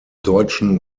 deutschen